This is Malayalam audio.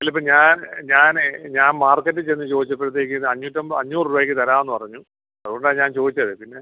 അല്ലപ്പ ഞാൻ ഞാന് ഞാൻ മാർക്കറ്റ് ചെന്ന് ചോയിച്ചപ്പഴത്തേക്ക് അഞ്ഞൂറ്റമ്പ അഞ്ഞൂറ്വായ്ക്ക് തരാന്ന് പറഞ്ഞു അതുകൊണ്ടാ ഞാൻ ചോയിച്ചത് പിന്നെ